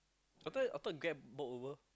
I thought I though Grab bought over